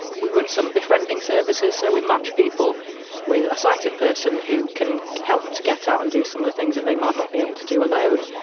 we run some befriending services, so we match people with a sighted person who can help them to get out and do some of the things that they might not be able to do alone.